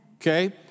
Okay